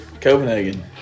Copenhagen